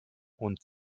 und